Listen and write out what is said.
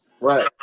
Right